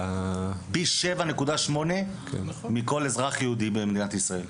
פי 7.8 מכל אזרח יהודי במדינת ישראל.